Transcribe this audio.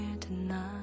tonight